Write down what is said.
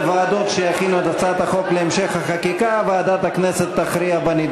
לדיון מוקדם בוועדה שתקבע ועדת הכנסת נתקבלה.